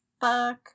fuck